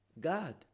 God